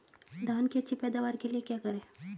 धान की अच्छी पैदावार के लिए क्या करें?